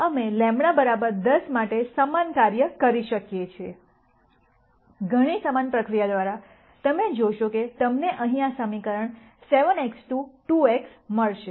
અમે λ બરાબર 10 માટે સમાન કાર્ય કરી શકીએ છીએ ઘણી સમાન પ્રક્રિયા દ્વારા તમે જોશો કે તમને અહીં આ સમીકરણ 7X2 2x મળશે